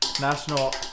national